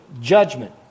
judgment